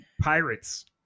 pirates